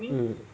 hmm